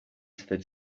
that